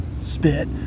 spit